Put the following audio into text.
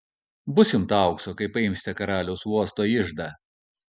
bus jums to aukso kai paimsime karaliaus uosto iždą